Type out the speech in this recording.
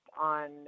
on